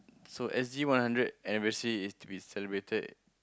so S_G one hundred anniversary is to be celebrated